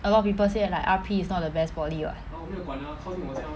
a lot of people say like R_P is not the best poly [what]